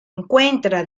encuentra